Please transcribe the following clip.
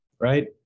Right